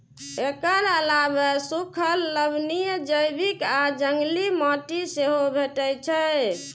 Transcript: एकर अलावे सूखल, लवणीय, जैविक आ जंगली माटि सेहो भेटै छै